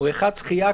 בריכת שחייה,